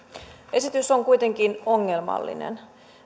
esitys on kuitenkin ongelmallinen